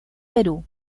perú